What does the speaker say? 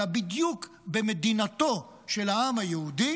אלא בדיוק: במדינתו של העם היהודי